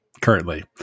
currently